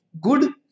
good